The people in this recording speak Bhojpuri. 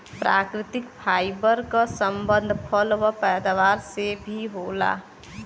प्राकृतिक फाइबर क संबंध फल क पैदावार से भी होला